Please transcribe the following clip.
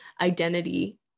identity